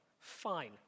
fine